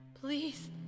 please